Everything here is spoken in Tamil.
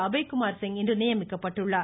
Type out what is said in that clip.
அபய்குமார் சிங் இன்று நியமிக்கப்பட்டுள்ளார்